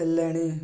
ହେଲେଣି